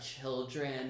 children